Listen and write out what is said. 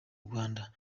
rwanda